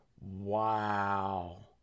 Wow